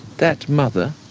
that mother,